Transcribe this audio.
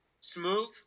Smooth